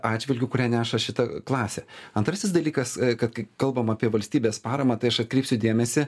atžvilgiu kurią neša šita klasė antrasis dalykas kad kai kalbam apie valstybės paramą tai aš atkreipsiu dėmesį